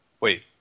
Wait